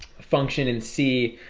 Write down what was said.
function in c,